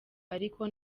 ariko